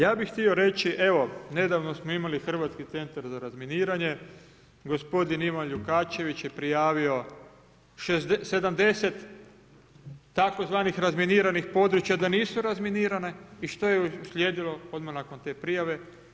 Ja bih htio reći, evo, nedavno smo imali Hrvatski centar za razminiranje, gospodin Ivan … je prijavio 70 tzv. razminiranih područja da nisu razminirano i što je uslijedilo odmah nakon te prijave?